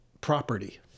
property